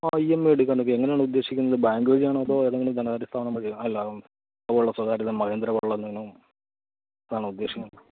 ആ E M I എടുക്കാനൊക്കെ എങ്ങനാണുദ്ദേശിക്കുന്നത് ബാങ്ക് വഴിയാണൊ അതൊ ഏതെങ്കിലും ധനകാര്യസ്ഥാപനം വഴി അല്ല അതുപോലെയുള്ള സ്വകാര്യ മഹീന്ദ്ര പോലുള്ളന്തെങ്കിലും അതാണോ ഉദ്ദേശിക്കുന്നത്